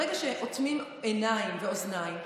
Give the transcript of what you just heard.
ברגע שאוטמים עיניים ואוזניים,